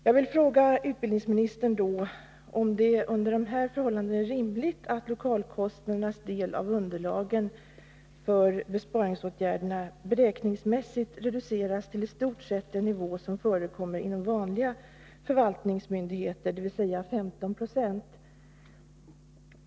Jag vill fråga utbildningsministern om det under de här förhållandena är rimligt att lokalkostnadernas del av underlagen för besparingsåtgärderna beräkningsmässigt reduceras till i stort sett den nivå som förekommer inom vanliga förvaltningsmyndigheter, dvs. 15 9.